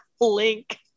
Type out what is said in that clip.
link